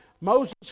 Moses